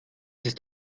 ist